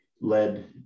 led